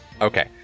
Okay